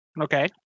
Okay